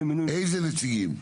איזה נציגים?